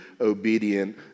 obedient